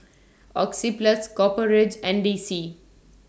Oxyplus Copper Ridge and D C